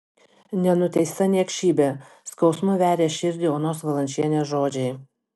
nenuteista niekšybė skausmu veria širdį onos valančienės žodžiai